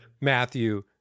Matthew